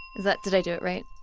that did i do it right?